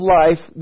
life